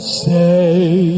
say